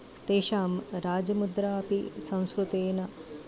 तेषां राजमुद्रापि संस्कृतेन